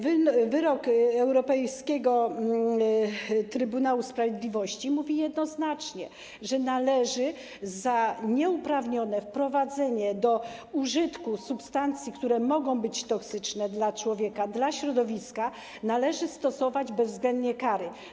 Wyrok Europejskiego Trybunału Sprawiedliwości mówi jednoznacznie, że należy za nieuprawnione wprowadzenie do użytku substancji, które mogą być toksyczne dla człowieka, dla środowiska, stosować bezwzględnie kary.